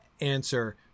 answer